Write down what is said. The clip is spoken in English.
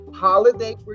Holiday